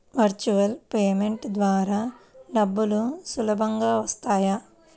Virtual payment ద్వారా డబ్బులు సులభంగా వస్తాయా?